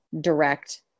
direct